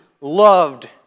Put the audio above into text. loved